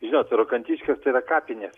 žinot rokantiškės tai yra kapinės